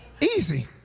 Easy